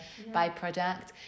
byproduct